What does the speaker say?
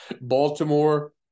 Baltimore